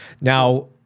Now